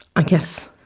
i guess,